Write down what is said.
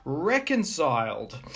Reconciled